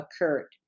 occurred